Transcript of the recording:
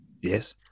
Yes